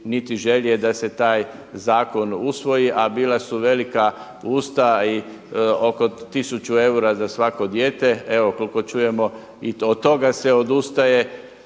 niti želje da se taj zakon usvoji, a bila su velika usta i oko 100 eura za svako dijete. Evo, koliko čujemo i od toga se odustaje,